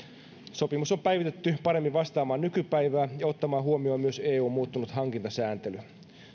sopimus on päivitetty paremmin vastaamaan nykypäivää ja ottamaan huomioon myös eun muuttunut hankintasääntely